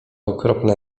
okropna